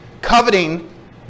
Coveting